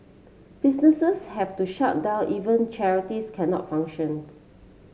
businesses have to shut down even charities cannot functions